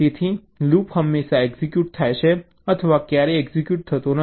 તેથી લૂપ હંમેશા એક્ઝિક્યુટ થાય છે અથવા ક્યારેય એક્ઝિક્યુટ થતો નથી